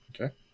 Okay